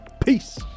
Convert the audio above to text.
Peace